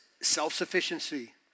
self-sufficiency